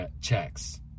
checks